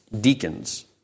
Deacons